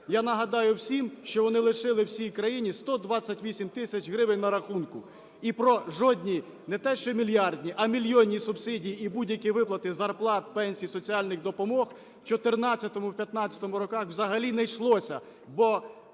Я нагадаю всім, що вони лишили всій країні 128 тисяч гривень на рахунку, і про жодні, не те що мільярдні, а мільйонні субсидії і будь-які виплати зарплат, пенсій, соціальних допомог у 14-му, в 15-му роках взагалі не йшлося,